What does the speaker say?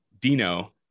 Dino